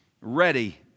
ready